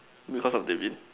because of the